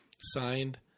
Signed